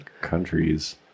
countries